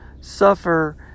suffer